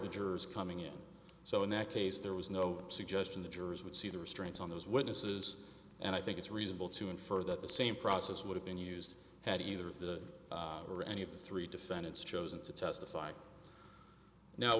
the jurors coming in so in that case there was no suggestion the jurors would see the restraints on those witnesses and i think it's reasonable to infer that the same process would have been used had either of the or any of the three defendants chosen to testify now